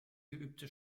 geübte